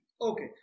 Okay